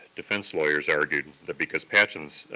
defense lawyers argued that because patchen's,